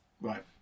Right